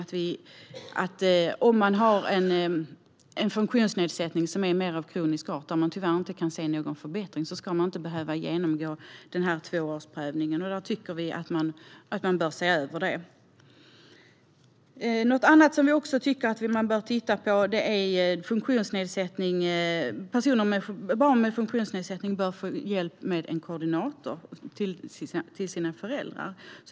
Om personer har en funktionsnedsättning som är mer av kronisk art där man tyvärr inte kan se någon förbättring ska de inte behöva genomgå tvåårsprövningen. Vi tycker att man bör se över det. Något annat som vi också tycker att man bör titta på är att barn med funktionsnedsättning bör få hjälp med en koordinator till sina föräldrar.